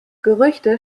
gerüchte